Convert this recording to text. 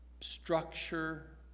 structure